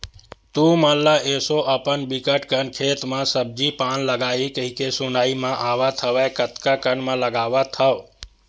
तुमन ल एसो अपन बिकट कन खेत म सब्जी पान लगाही कहिके सुनाई म आवत हवय कतका कन म लगावत हव?